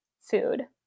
food